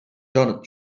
donald